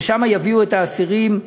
שאליו יביאו את האסירים.